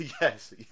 yes